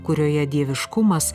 kurioje dieviškumas